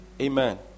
Amen